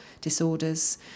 disorders